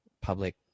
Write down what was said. public